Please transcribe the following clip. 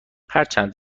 هرچند